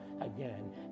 again